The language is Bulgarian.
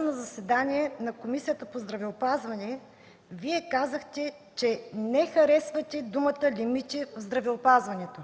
на заседание на Комисията по здравеопазване Вие казахте, че не харесвате думата „лимити” в здравеопазването.